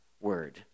word